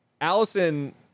Allison